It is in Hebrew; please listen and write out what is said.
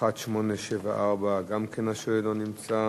שאילתא מס' 1874, גם השואל לא נמצא.